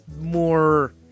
more